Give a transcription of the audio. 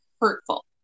hurtful